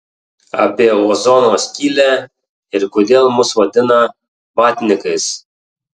apie ozono skylę ir kodėl mus vadina vatnikais